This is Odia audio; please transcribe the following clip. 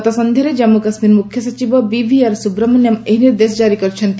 ଗତ ସନ୍ଧ୍ୟାରେ ଜାନ୍ଧୁ କାଶ୍ମୀର ମୁଖ୍ୟସଚିବ ବିଭିଆର୍ ସୁବ୍ରମଣ୍ୟମ୍ ଏହି ନିର୍ଦ୍ଦେଶ ଜାରି କରିଛନ୍ତି